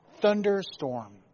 thunderstorm